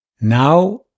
Now